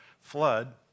flood